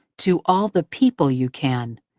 to all the people you can,